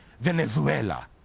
Venezuela